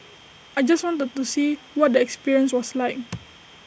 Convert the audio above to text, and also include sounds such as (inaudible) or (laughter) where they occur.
I just wanted to see what the experience was like (noise)